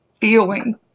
feeling